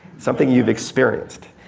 something you've experienced.